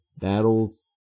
Battles